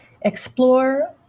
explore